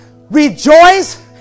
rejoice